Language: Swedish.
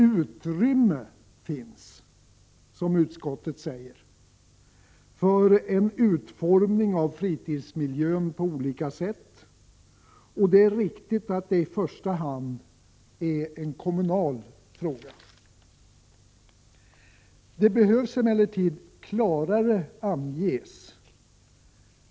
Utrymme finns, som utskottet säger, för en utformning av fritidsmiljön på olika sätt. Det är riktigt att detta i första hand är en kommunal fråga.